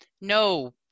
No